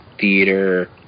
theater